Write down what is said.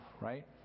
right